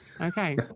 Okay